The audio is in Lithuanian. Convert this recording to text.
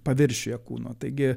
paviršiuje kūno taigi